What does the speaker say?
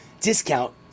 discount